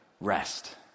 rest